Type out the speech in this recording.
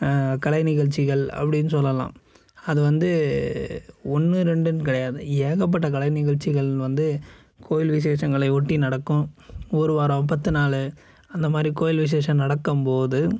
கலை நிகழ்ச்சிகள் அப்படின்னு சொல்லலாம் அது வந்து ஒன்று ரெண்டுன்று கிடையாது ஏகப்பட்ட கலை நிகழ்ச்சிகள் வந்து கோயில் விசேஷங்களை ஒட்டி நடக்கும் ஒரு வாரம் பத்து நாள் அந்தமாதிரி கோயில் விசேஷம் நடக்கும் போது